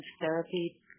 therapy